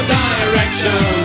direction